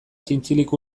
zintzilik